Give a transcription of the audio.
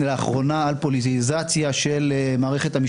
כל מיני ניסיונות לייצר הרכב של שבעה